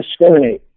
discriminate